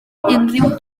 unrhyw